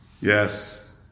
Yes